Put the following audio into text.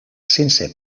sense